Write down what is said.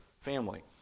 family